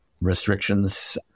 restrictions